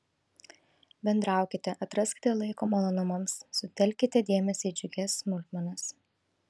bendraukite atraskite laiko malonumams sutelkite dėmesį į džiugias smulkmenas